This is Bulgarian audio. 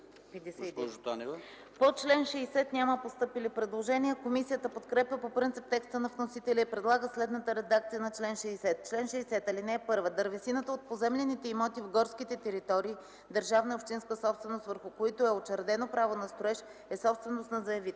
По чл. 60 няма постъпили предложения. Комисията подкрепя по принцип текста на вносителя и предлага следната редакция на чл. 60: „Чл. 60. (1) Дървесината от поземлените имоти в горските територии – държавна и общинска собственост, върху които е учредено право на строеж, е собственост на заявителя.